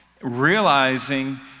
realizing